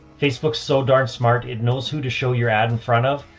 facebook, so darn smart, it knows who to show your ad in front of.